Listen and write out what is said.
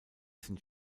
sind